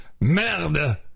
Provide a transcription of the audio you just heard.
merde